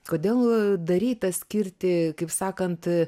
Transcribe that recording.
kodėl daryta skirti kaip sakant